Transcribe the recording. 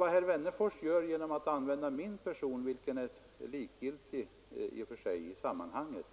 Vad herr Wennerfors gör genom att använda min person, som är likgiltig i sammanhanget,